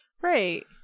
Right